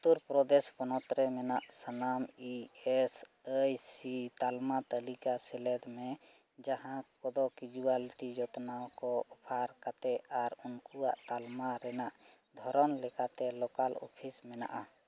ᱩᱛᱛᱚᱨᱯᱨᱚᱫᱮᱥ ᱯᱚᱱᱚᱛ ᱨᱮ ᱢᱮᱱᱟᱜ ᱥᱟᱱᱟᱢ ᱤ ᱮᱥ ᱟᱭ ᱥᱤ ᱛᱟᱞᱢᱟ ᱛᱟᱞᱤᱠᱟ ᱥᱮᱞᱮᱫᱽᱢᱮ ᱡᱟᱦᱟᱸ ᱠᱚᱫᱚ ᱠᱤᱭᱩᱣᱟᱞᱴᱤ ᱡᱚᱛᱱᱟᱣ ᱠᱚ ᱟᱨ ᱠᱟᱛᱮ ᱟᱨ ᱩᱱᱠᱩᱣᱟᱜ ᱛᱟᱞᱢᱟ ᱨᱮᱱᱟᱜ ᱫᱷᱚᱨᱚᱱ ᱞᱮᱠᱟᱛᱮ ᱞᱳᱠᱟᱞ ᱚᱯᱷᱤᱥ ᱢᱮᱱᱟᱜᱼᱟ